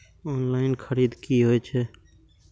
Online खरीद की होए छै?